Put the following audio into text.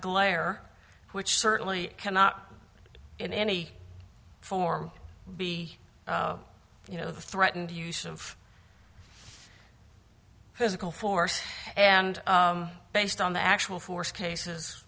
glare which certainly cannot in any form be you know the threatened use of physical force and based on the actual force cases